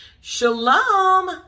Shalom